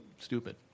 stupid